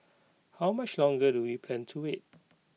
how much longer do we plan to wait